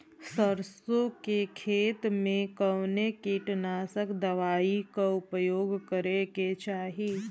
सरसों के खेत में कवने कीटनाशक दवाई क उपयोग करे के चाही?